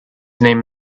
name